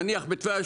נניח בטבריה,